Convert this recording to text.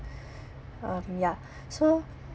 um yeah so